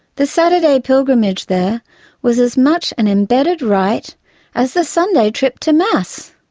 the saturday pilgrimage there was as much an embedded rite as the sunday trip to mass.